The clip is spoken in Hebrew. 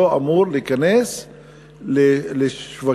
לא אמור להיכנס לשווקים,